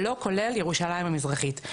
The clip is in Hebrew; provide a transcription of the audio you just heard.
לא כולל ירושלים המזרחית.